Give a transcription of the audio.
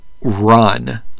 run